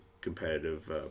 competitive